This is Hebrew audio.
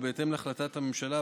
ובהתאם להחלטת הממשלה,